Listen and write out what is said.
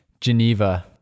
Geneva